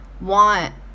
want